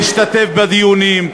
נשתתף בדיונים.